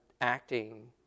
acting